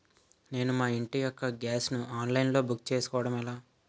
నేను మా ఇంటి యెక్క గ్యాస్ ను ఆన్లైన్ లో బుక్ చేసుకోవడం ఎలా?